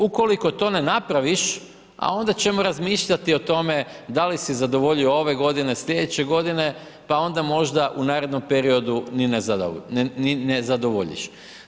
Ukoliko to ne napraviš, a onda ćemo razmišljati o tome da li si zadovoljio ove godine, slijedeće godine, pa onda možda u narednom periodu ni ne zadovoljiš.